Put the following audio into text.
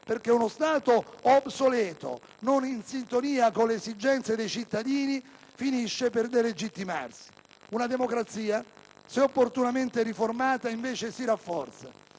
perché uno Stato obsoleto, non in sintonia con le esigenze dei cittadini, finisce per delegittimarsi. Una democrazia, se opportunamente riformata, invece si rafforza.